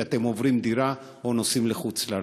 או כי אתם עוברים דירה או נוסעים לחוץ-לארץ.